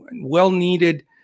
well-needed